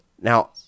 Now